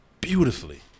beautifully